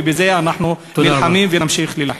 ובזה אנחנו נלחמים ונמשיך להילחם.